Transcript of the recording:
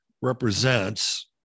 represents